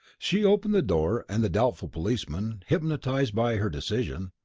she opened the door, and the doubtful policeman, hypnotized by her decision,